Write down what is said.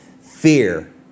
Fear